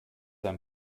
ein